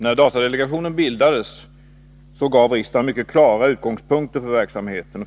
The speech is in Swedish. När datadelegationen bildades angav riksdagen mycket klara utgångspunkter för verksamheten.